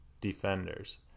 defenders